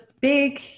big